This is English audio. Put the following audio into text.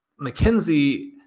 McKenzie